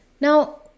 now